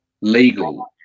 legal